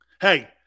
Hey